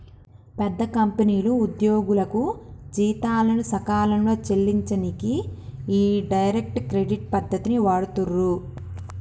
పెద్ద కంపెనీలు ఉద్యోగులకు జీతాలను సకాలంలో చెల్లించనీకి ఈ డైరెక్ట్ క్రెడిట్ పద్ధతిని వాడుతుర్రు